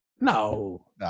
No